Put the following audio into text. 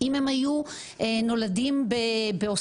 אם הם היו נולדים באוסטרליה,